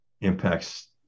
impacts